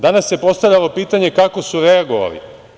Danas se postavlja pitanje – kako su reagovali?